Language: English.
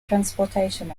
transportation